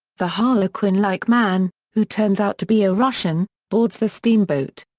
the harlequin-like man, who turns out to be a russian, boards the steamboat.